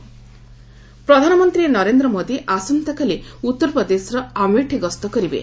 PM Amethi ପ୍ରଧାନମନ୍ତ୍ରୀ ନରେନ୍ଦ୍ର ମୋଦି ଆସନ୍ତାକାଲି ଉତ୍ତରପ୍ରଦେଶର ଆମେଠି ଗସ୍ତ କରିବେ